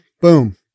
boom